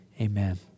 amen